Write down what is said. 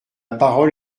parole